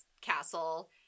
castle